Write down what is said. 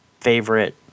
favorite